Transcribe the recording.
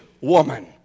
woman